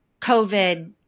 COVID